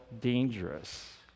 dangerous